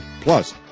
Plus